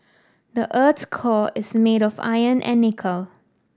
the earth's core is made of iron and nickel